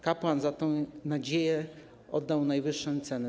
Kapłan za tę nadzieję oddał najwyższą cenę.